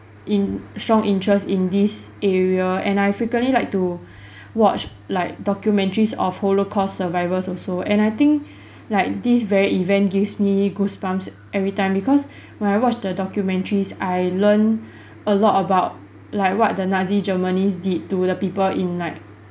in~ strong interest in this area and I frequently like to watch like documentaries of holocaust survivors also and I think like this very event gives me goosebumps every time because when I watch the documentaries I learn a lot about like what the nazi germany's did to the people in like